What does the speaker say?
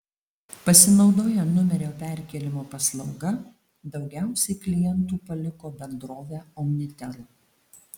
pasinaudoję numerio perkėlimo paslauga daugiausiai klientų paliko bendrovę omnitel